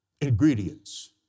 ingredients